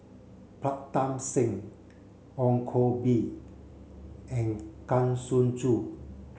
Pritam Singh Ong Koh Bee and Kang Siong Joo